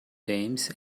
games